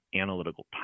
analytical